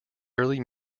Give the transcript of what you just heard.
early